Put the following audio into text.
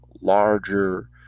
larger